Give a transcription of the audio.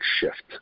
shift